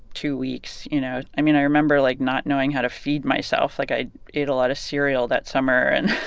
two weeks, you know? i mean, i remember, like, not knowing how to feed myself. like, i ate a lot of cereal that summer and